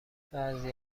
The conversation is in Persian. بعضی